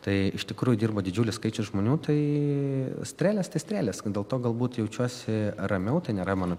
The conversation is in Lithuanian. tai iš tikrųjų dirba didžiulis skaičius žmonių tai strėlės tai strėlės dėl to galbūt jaučiuosi ramiau tai nėra mano